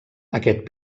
aquest